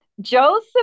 joseph